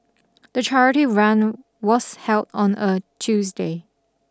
the charity run was held on a Tuesday